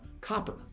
copper